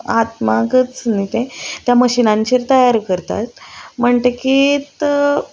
हातमागच न्ही तें त्या मशिनांचेर तयार करतात म्हणटकीत